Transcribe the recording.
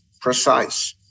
precise